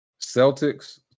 celtics